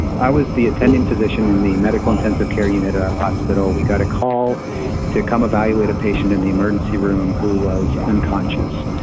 i was the attending physician in the medical intensive care unit of our hospital. we got a call to come evaluate a patient in the emergency room who was unconscious.